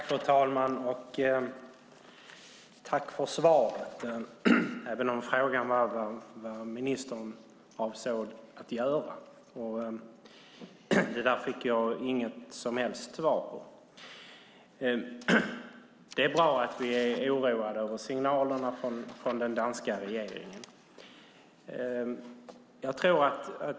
Fru talman! Tack för svaret, även om frågan var vad ministern avsåg att göra. Den fick jag inget som helst svar på. Det är bra att vi är oroade över signalerna från den danska regeringen.